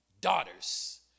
Daughters